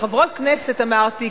"חברות כנסת", אמרתי.